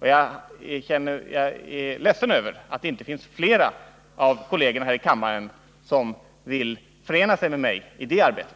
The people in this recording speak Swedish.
och jag är ledsen över att det inte är flera av kollegerna i kammaren som vill förena sig med mig i det arbetet.